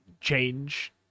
change